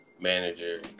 manager